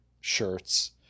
shirts